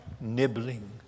nibbling